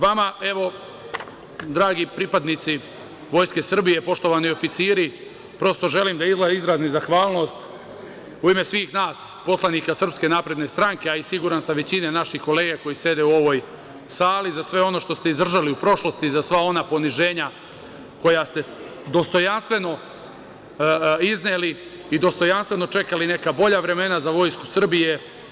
Vama, dragi pripadnici Vojske Srbije, poštovani oficiri, prosto želim da izrazim zahvalnost u ime svih nas poslanika SNS, a siguran sam i većine naših kolega koji sede u ovoj sali, za sve ono što ste izdržali u prošlosti, za sva ona poniženja koja ste dostojanstveno izneli i dostojanstveno čekali neka bolja vremena za Vojsku Srbije.